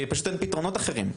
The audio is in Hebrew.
כי פשוט אין פתרונות אחרים.